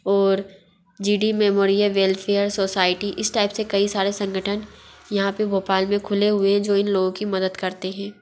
ओर G D memorial welfare society इस type से कई सारे संगठन यहाँ पर भोपाल में खुले हुए हें जो इन लोगों की मदद करते हैं